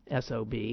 SOB